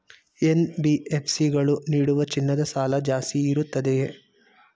NBFC ಗಳು ನೀಡುವ ಚಿನ್ನದ ಸಾಲ ಜಾಸ್ತಿ ಇರುತ್ತದೆಯೇ?